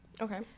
Okay